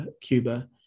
Cuba